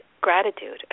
gratitude